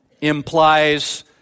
implies